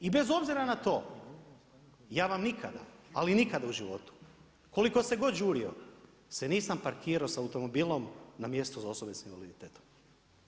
I bez obzira na to, ja vam nikada, ali nikada u životu koliko se god žurio se nisam parkirao sa automobilom na mjestu za osobe sa invaliditetom.